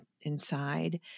inside